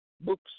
books